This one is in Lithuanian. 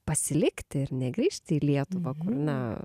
pasilikti ir negrįžti į lietuvą kur na